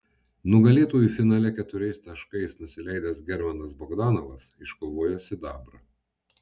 nugalėtojui finale keturiais taškais nusileidęs germanas bogdanovas iškovojo sidabrą